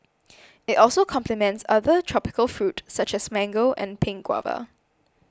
it also complements other tropical fruit such as mango and pink guava